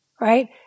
right